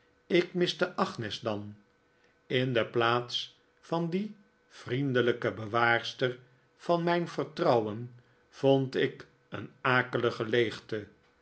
ik miste agnes dan in de plaats van die vriendelijke bewaarster van mijn vertrouwen vond ik een akelige leegte